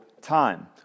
time